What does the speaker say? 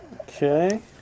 Okay